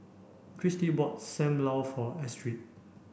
Cristy bought Sam Lau for Astrid